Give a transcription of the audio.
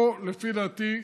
פה, לפי דעתי,